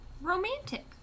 romantic